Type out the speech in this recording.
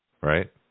Right